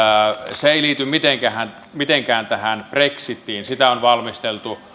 se ei liity mitenkään tähän brexitiin sitä on valmisteltu